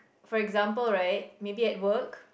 for example right maybe at work